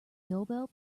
nobel